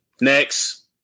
next